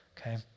Okay